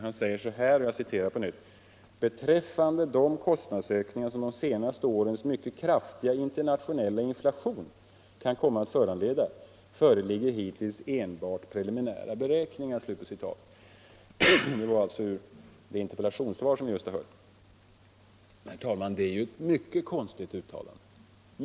Han säger så här:” Beträffande de kostnadsökningar som de senaste årens mycket kraftiga internationella inflation kan komma att föranleda föreligger hittills enbart preliminära beräkningar.” Detta är alltså hämtat ur det interpellationssvar som vi nyss har hört läsas upp, och det är ett mycket konstigt uttalande.